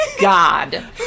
God